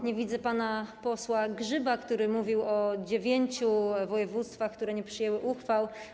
Nie widzę pana posła Grzyba, który mówił o dziewięciu województwach, które nie przyjęły uchwał.